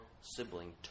sibling